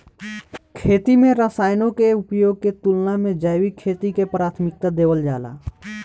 खेती में रसायनों के उपयोग के तुलना में जैविक खेती के प्राथमिकता देवल जाला